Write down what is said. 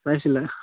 পাইছিলা